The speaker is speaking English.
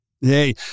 Hey